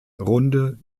runde